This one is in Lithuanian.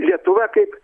lietuva kaip